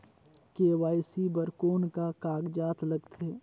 KYC बर कौन का कागजात लगथे?